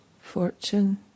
fortune